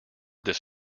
this